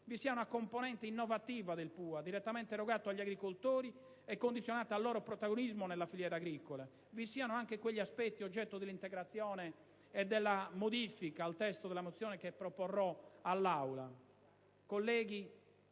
vi sia una componente innovativa del PUA direttamente erogata agli agricoltori e condizionata al loro protagonismo nelle filiere agricole. Vi siano anche quegli aspetti oggetto dell'integrazione e della modifica al testo della mozione che ho sottoposto all'Aula.